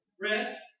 Rest